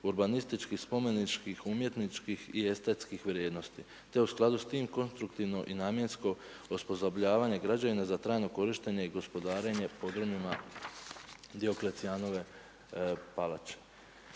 urbanističkih, spomeničkih, umjetničkih i estetskih vrijednosti te u skladu s tim konstruktivno i namjensko osposobljavanje građevina za trajno korištenje i gospodarenje podrumima Dioklecijanove palače.